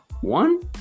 one